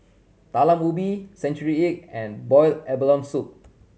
Talam Ubi century egg and boiled abalone soup